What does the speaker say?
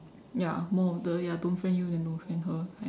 ya more of the ya don't friend you then don't friend her kind